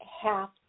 half